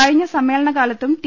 കഴിഞ്ഞ സമ്മേളന കാലത്തും ടി